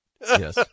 yes